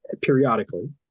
periodically